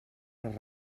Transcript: les